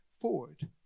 forward